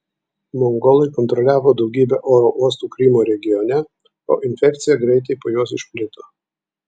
mongolai kontroliavo daugybę uostų krymo regione o infekcija greitai po juos išplito